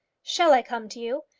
shall i come to you?